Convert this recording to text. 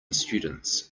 students